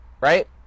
right